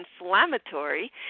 inflammatory